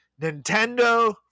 nintendo